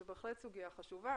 זו בהחלט סוגיה חשובה.